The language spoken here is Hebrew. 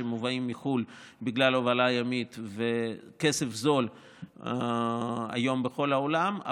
שמיובאים מחו"ל בגלל הובלה ימית וכסף זול בכל העולם.